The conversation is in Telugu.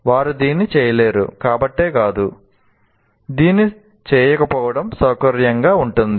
వారు దీన్ని చేయలేరు కాబట్టి కాదు దీన్ని చేయకపోవడం సౌకర్యంగా ఉంటుంది